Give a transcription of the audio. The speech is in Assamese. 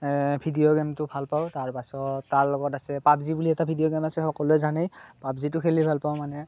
ভিডিঅ' গেমটো ভাল পাওঁ তাৰপাছত তাৰলগত আছে পাবজী বুলি এটা ভিডিঅ' গেম আছে সকলোৱে জানেই পাবজিটো খেলি ভাল পাওঁ মানে